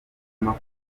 makuru